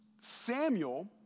Samuel